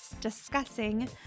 discussing